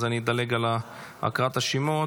אז אני אדלג על הקראת השמות.